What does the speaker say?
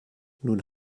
nun